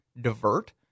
divert